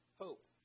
hope